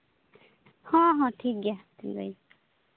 ᱦᱚᱸ ᱦᱚᱸ ᱴᱷᱤᱠ ᱜᱮᱭᱟ ᱞᱟᱹᱭ